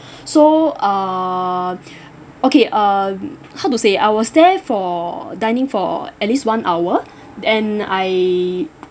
so uh okay um how to say I was there for dining for at least one hour and I